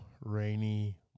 rainy